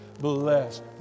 bless